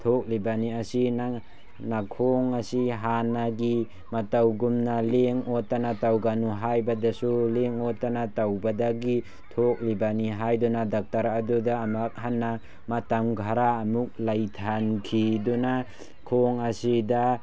ꯊꯣꯛꯂꯤꯕꯅꯤ ꯑꯁꯤ ꯅꯪ ꯅꯈꯣꯡ ꯑꯁꯤ ꯍꯥꯟꯅꯒꯤ ꯃꯇꯧꯒꯨꯝꯅ ꯂꯦꯡ ꯑꯣꯠꯇꯅ ꯇꯧꯒꯅꯨ ꯍꯥꯏꯕꯗꯁꯨ ꯂꯦꯡ ꯑꯣꯠꯇꯅ ꯇꯧꯕꯗꯒꯤ ꯊꯣꯛꯂꯤꯕꯅꯤ ꯍꯥꯏꯗꯨꯅ ꯗꯣꯛꯇꯔ ꯑꯗꯨꯗ ꯑꯃꯨꯛ ꯍꯟꯅ ꯃꯇꯝ ꯈ꯭ꯔ ꯑꯃꯨꯛ ꯂꯩꯊꯍꯟꯈꯤꯗꯨꯅ ꯈꯣꯡ ꯑꯁꯤꯗ